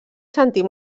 sentir